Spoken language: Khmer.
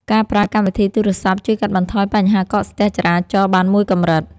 ការប្រើកម្មវិធីទូរសព្ទ ជួយកាត់បន្ថយបញ្ហាកកស្ទះចរាចរណ៍បានមួយកម្រិត។